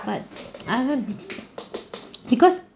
but I'm gon~ because